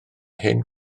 hen